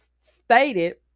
stated